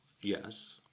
Yes